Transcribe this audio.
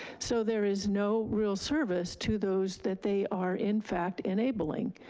so there is no real service to those that they are in fact enabling.